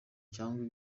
cyangwa